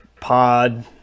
pod